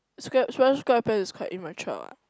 square Spongebob-SquarePants is quite immature ah